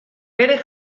bere